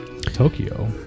Tokyo